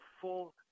full